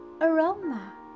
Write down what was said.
aroma